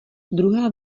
druhá